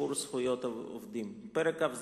בעבודה); פרק כ"ג כולו (שיפור זכויות עובדים); פרק כ"ז,